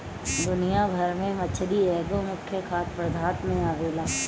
दुनिया भर में मछरी एगो मुख्य खाद्य पदार्थ में आवेला